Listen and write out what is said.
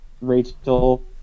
Rachel